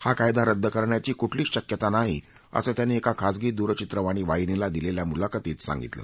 हा कायदा रद्द करण्याची कुठलीच शक्यता नाही असं त्यांनी एका खाजगी दूरचित्रवाणी वाहिनीला दिलेल्या मुलाखतीत सांगितलं